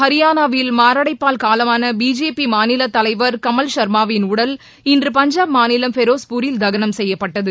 ஹரியானாவில் மாரடைப்பால் காலமான பிஜேபி மாநிலத் தலைவர் கமல் சர்மாவின் உடல் இன்று பஞ்சாப் மாநிலம் ஃபெரோஸ்பூரில் தகனம் செய்யப்பட்டது